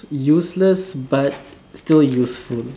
useless but still useful